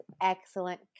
excellent